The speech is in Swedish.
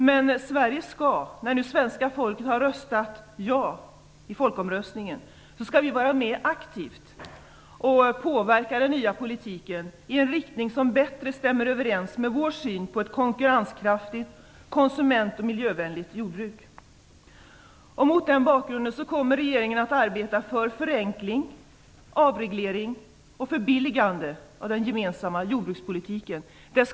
Men Sverige skall, när det svenska folket har röstat ja i folkomröstningen, vara med aktivt och påverka den nya politiken i en riktning som bättre stämmer överens med vår syn på ett konkurrenskraftigt och konsument och miljövänligt jordbruk. Mot den bakgrunden kommer regeringen att arbeta för förenkling, avreglering och förbilligande av den gemensamma jordbrukspolitiken.